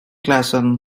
klassen